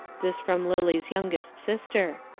this from lily's youngest sister.